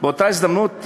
באותה הזדמנות,